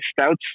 stouts